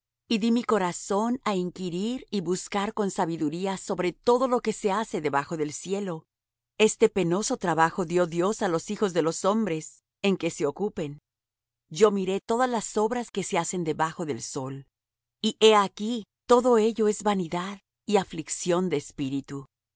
dí mi corazón á inquirir y buscar con sabiduría sobre todo lo que se hace debajo del cielo este penoso trabajo dió dios á los hijos de los hombres en que se ocupen yo miré todas las obras que se hacen debajo del sol y he aquí todo ello es vanidad y aflicción de espíritu